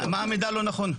מה המידע לא נכון?